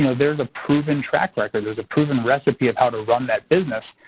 you know there's a proven track record. there's a proven recipe of how to run that business.